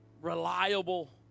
reliable